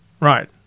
right